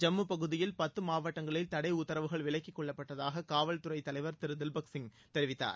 ஜம்மு பகுதியில் பத்து மாவட்டங்களில் தடை உத்தரவுகள் விலக்கிக்கொள்ளப்பட்டதாக காவல்துறை தலைவர் தில்பக் சிங் தெரிவித்தார்